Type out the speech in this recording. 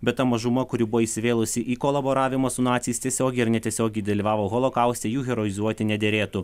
bet ta mažuma kuri buvo įsivėlusi į kolaboravimą su naciais tiesiogiai ar netiesiogiai dalyvavo holokauste jų heroizuoti nederėtų